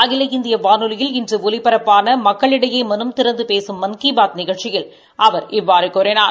அகில இந்திய வானொலியில் இன்று ஒலிபரப்பான மக்களிடையே மனம் திறந்து பேசும் மன் கி பாத் நிழ்ச்சியில் அவர் இவ்வாறு கூறினார்